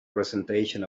presentation